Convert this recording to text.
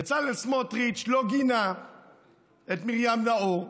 בצלאל סמוטריץ' לא גינה את מרים נאור,